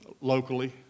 locally